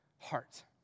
heart